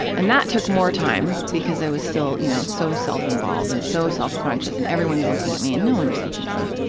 and that took more time because i was still, you know, so self-involved and so self-conscious and everyone's looking at me, and no one was looking at me.